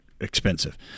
expensive